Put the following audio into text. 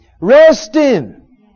Resting